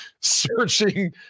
searching